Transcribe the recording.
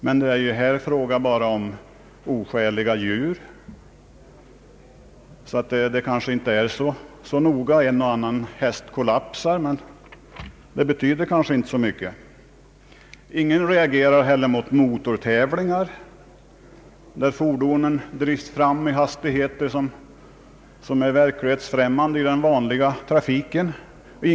Men där är det ju bara fråga om oskäliga djur, så det är kanske inte så noga. En och annan häst kollapsar, men det betyder kanske inte så mycket. Ingen reagerar heller mot motortävlingar, där fordonen drivs fram med hastigheter som är verklighetsfrämmande i den vanliga trafiken och där såväl tävlande som publik svävar i fara.